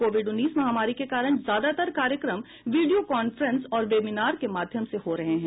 Covid उन्नीस महामारी के कारण ज्यादातर कार्यक्रम वीडियो कांफ्रेंस और वेबिनार के माध्यम से हो रहे हैं